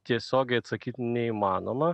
tiesiogiai atsakyt neįmanoma